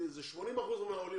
אלה 80 אחוזים מהעולים